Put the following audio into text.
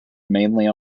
mainly